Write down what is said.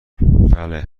بله